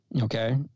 Okay